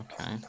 Okay